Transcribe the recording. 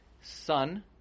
son